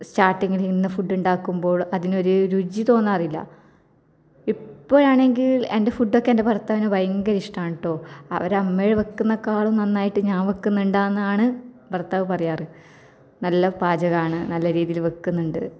സ്റ്റാർട്ടിങ്ങിൽ നിന്ന് ഫുഡ് ഉണ്ടാക്കുമ്പോൾ അതിനൊര് രുചി തോന്നാറില്ല ഇപ്പോഴാണെങ്കിൽ എൻ്റെ ഫുഡൊക്കെ എൻ്റെ ഭർത്താവിന് ഭയങ്കര ഇഷ്ടമാണ് കേട്ടോ അവരുടെ അമ്മ വെക്കുന്നതിനെക്കാളും നന്നായിട്ട് ഞാൻ വെക്കുന്നുണ്ടെന്നാണ് ഭർത്താവ് പറയാറ് നല്ല പാചകമാണ് നല്ല രീതിയിൽ വെക്കുന്നുണ്ട്